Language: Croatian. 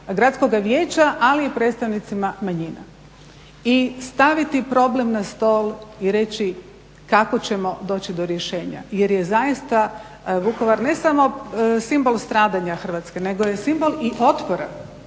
gradskoga vijeća ali i predstavnicima manjina i staviti problem na stol i reći kako ćemo doći do rješenja jer je zaista Vukovar ne samo simbol stradanja Hrvatske nego je simbol i otpora